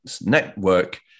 network